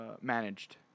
managed